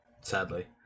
sadly